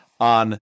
on